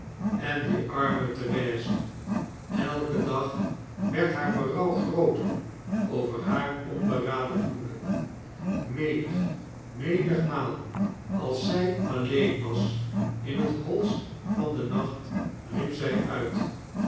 en die arme therese elken dag werd haar berouw grooter over haar onberaden huwelijk menig menigmaal als zij alleen was in het hoist van den nacht riep zij uit